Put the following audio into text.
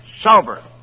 sober